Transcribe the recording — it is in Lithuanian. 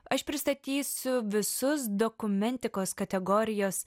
aš pristatysiu visus dokumentikos kategorijos